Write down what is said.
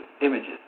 images